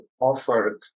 offered